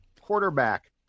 quarterback